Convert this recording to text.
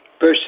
Verse